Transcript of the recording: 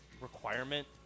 Requirement